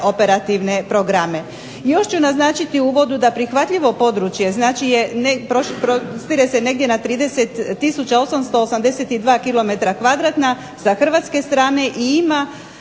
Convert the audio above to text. operativne programe. Još ću naznačiti u uvodu da prihvatljivo područje znači prostire se negdje na 30 tisuća i 882 km kvadratna sa Hrvatske strane i ima